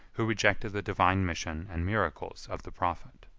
who rejected the divine mission and miracles of the prophet.